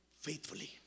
faithfully